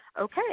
Okay